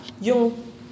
yung